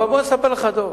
אבל בוא אני אספר לך, דב,